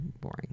boring